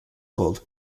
called